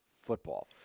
football